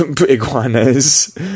iguanas